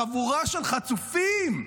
חבורה של חצופים.